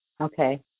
Okay